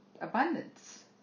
abundance